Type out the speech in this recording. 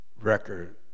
record